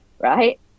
right